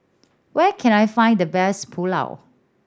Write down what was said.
where can I find the best Pulao